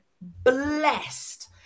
blessed